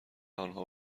آنها